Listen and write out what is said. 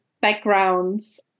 backgrounds